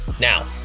Now